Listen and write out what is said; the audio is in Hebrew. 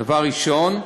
דבר ראשון.